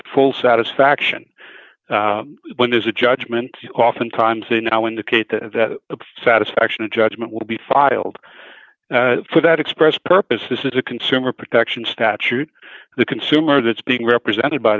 a full satisfaction when there's a judgment oftentimes and now indicate to the satisfaction a judgment will be filed for that express purpose this is a consumer protection statute the consumer that's being represented by